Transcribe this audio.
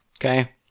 Okay